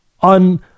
on